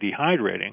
dehydrating